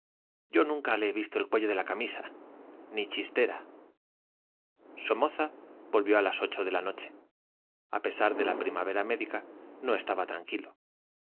yo nunca le he visto el cuello de la camisa ni chistera somoza volvió a las ocho de la noche a pesar de la primavera médica no estaba tranquilo